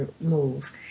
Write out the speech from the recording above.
move